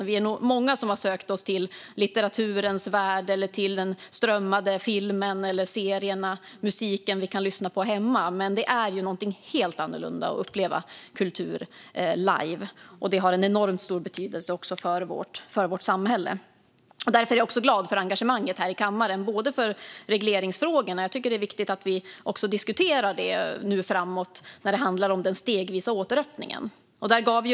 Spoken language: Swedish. Vi är nog många som har sökt oss till litteraturens värld, till den strömmade filmen eller serierna och till musiken vi kan lyssna på hemma. Men det är ju helt annorlunda att uppleva kultur live, och det har också enormt stor betydelse för vårt samhälle. Därför är jag också glad över engagemanget här i kammaren, bland annat när det gäller regleringsfrågorna. Jag tycker att det är viktigt att vi diskuterar detta framåt när det handlar om den stegvisa återöppningen.